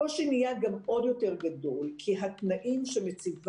הקושי נהיה גם עוד יותר גדול כי התנאים שמציבה